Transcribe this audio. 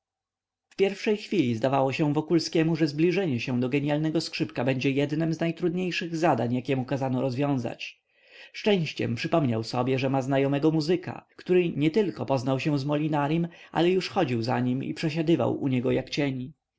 w pierwszej chwili zdawało się wokulskiemu że zbliżenie się do genialnego skrzypka będzie jednem z najtrudniejszych zadań jakie mu kazano rozwiązać szczęściem przypomniał sobie że ma znajomego muzyka który nietylko poznał się z molinarim ale już chodził za nim i przesiadywał u niego jak cień